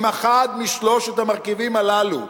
אם אחד משלושת המרכיבים הללו